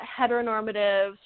heteronormative